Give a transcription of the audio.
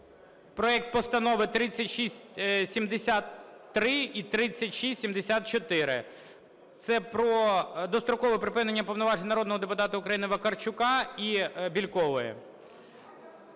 проект Постанови 3673 і 3674, це про дострокове припинення повноважень народного депутата України Вакарчука і Бєлькової.